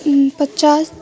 उन्पचास